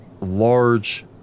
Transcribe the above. large